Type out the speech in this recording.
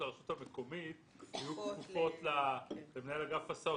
הרשות המקומית יהיו כפופות למנהל אגף הסעות.